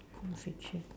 feature